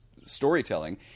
storytelling